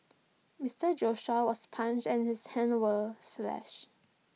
Mister Joshua was punched and his hands were slashed